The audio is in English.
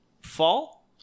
fall